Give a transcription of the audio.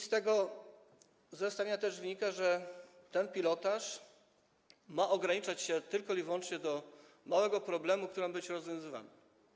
Z tego zestawienia wynika, że ten pilotaż ma ograniczać się tylko i wyłącznie do małego problemu, który ma być rozwiązywany.